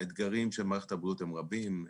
האתגרים של מערכת הבריאות הם רבים.